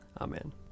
Amen